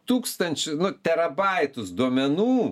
tūkstančių nu terabaitus duomenų